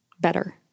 better